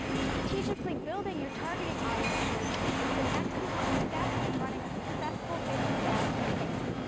strategically building your targeting audiences is the next important step in running a successful facebook ads campaign.